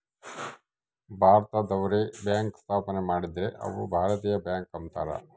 ಭಾರತದವ್ರೆ bank ಸ್ಥಾಪನೆ ಮಾಡಿದ್ರ ಅವು ಭಾರತೀಯ ಬ್ಯಾಂಕ್ ಅಂತಾರ